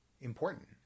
important